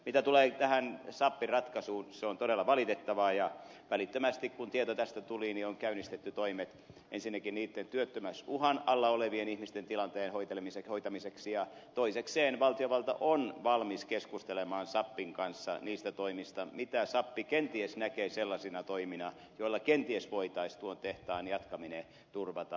mitä tulee sappi ratkaisuun se on todella valitettavaa ja välittömästi kun tieto tästä tuli on käynnistetty toimet ensinnäkin niitten työttömyysuhan alla olevien ihmisten tilanteen hoitamiseksi ja toisekseen valtiovalta on valmis keskustelemaan sappin kanssa niistä toimista mitä sappi kenties näkee sellaisina joilla kenties voitaisiin tuon tehtaan jatkaminen turvata